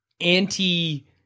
anti